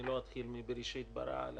אני לא אתחיל מ"בראשית ברא" על